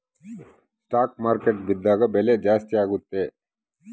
stock market ಬಿದ್ದಾಗ ಬೆಲೆ ಜಾಸ್ತಿ ಆಗುತ್ತೆ